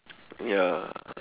ya